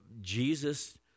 Jesus